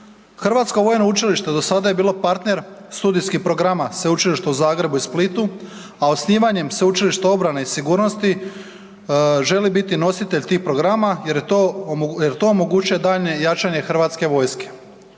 Hrvatsko vojno učilište do sada je bilo partner studijskih programa sveučilišta u Zagrebu i Splitu, a osnivanjem Sveučilišta obrane i sigurnosti želi biti nositelj tih programa jer to omogućuje daljnje jačanje HV-a.